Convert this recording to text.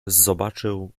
zobaczył